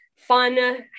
fun